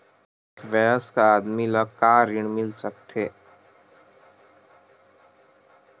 एक वयस्क आदमी ला का ऋण मिल सकथे?